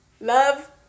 love